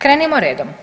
Krenimo redom.